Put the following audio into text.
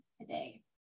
today